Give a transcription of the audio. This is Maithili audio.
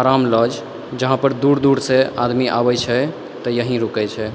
आराम लॉज जहाँ दूर दूरसँ आदमी आबै छै तऽ यहीँ रुकै छै